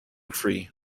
free